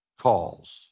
calls